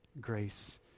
grace